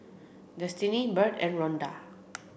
Destini Bird and Ronda